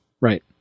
right